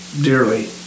dearly